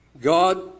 God